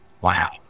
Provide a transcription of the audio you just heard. Wow